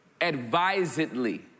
advisedly